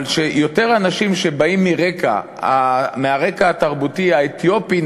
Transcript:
אבל ניקח יותר אנשים שבאים מהרקע התרבותי האתיופי,